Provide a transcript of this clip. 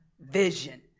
vision